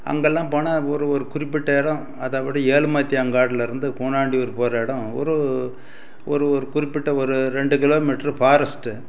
அங்கெலாம் போனால் ஒரு ஒரு குறிப்பிட்ட இடம் அது அப்படி ஏலுமத்தியாங்காடில் இருந்து கூனாண்டியூர் போகிற இடம் ஒரு ஒரு ஒரு குறிப்பிட்ட ஒரு ரெண்டு கிலோமீட்ரு ஃபாரஸ்ட்டு